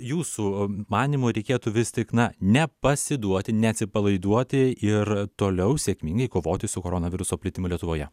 jūsų manymu reikėtų vis tik na nepasiduoti neatsipalaiduoti ir toliau sėkmingai kovoti su koronaviruso plitimu lietuvoje